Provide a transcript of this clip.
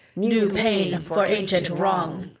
new pain for ancient wrong.